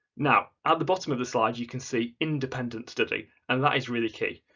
now at the bottom of the slide you can see independent study and that is really key.